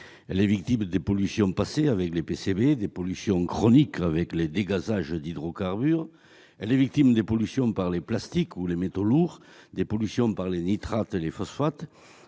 Elle est victime des pollutions passées, avec les PCB, les polychlorobiphényles, et des pollutions chroniques, avec les dégazages d'hydrocarbures. Elle est victime des pollutions par les plastiques ou les métaux lourds, des pollutions par les nitrates et les phosphates